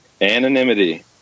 anonymity